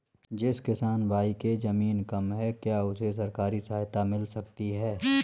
जिस किसान भाई के ज़मीन कम है क्या उसे सरकारी सहायता मिल सकती है?